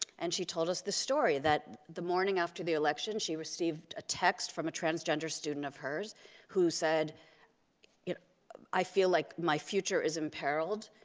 and she told us this story, that the morning after the election, she received a text from a transgender student of hers who said i feel like my future is imperiled.